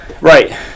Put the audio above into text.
right